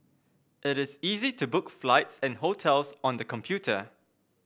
it is easy to book flights and hotels on the computer